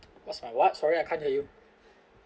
what's my what sorry I can't hear you